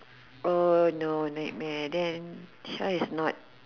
err no nightmare then Shah is not